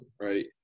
right